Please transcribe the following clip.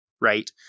Right